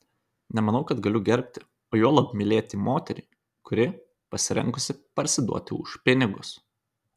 nemanau kad galiu gerbti o juolab mylėti moterį kuri pasirengusi parsiduoti už pinigus